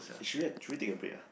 eh should we should we take a break ah